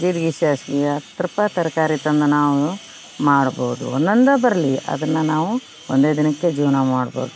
ಜೀರ್ಗಿ ಸಾಸ್ವಿ ಹತ್ತು ರೂಪಾಯಿ ತರಕಾರಿ ತಂದು ನಾವು ಮಾಡ್ಬೋದು ಒಂದೊಂದ ಬರಲಿ ಅದನ್ನ ನಾವು ಒಂದೇ ದಿನಕ್ಕೆ ಜೀವನ ಮಾಡ್ಬೋದು